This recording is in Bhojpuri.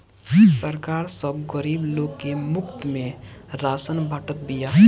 सरकार सब गरीब लोग के मुफ्त में राशन बांटत बिया